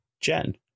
Jen